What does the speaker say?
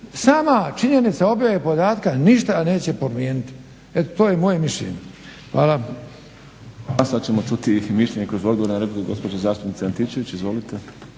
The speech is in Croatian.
sama činjenica objave podataka ništa neće promijeniti. Eto to je moje mišljenje. Hvala.